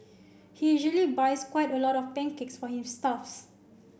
he usually buys quite a lot of pancakes for his staffs